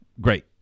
great